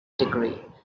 degree